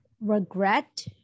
regret